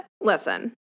listen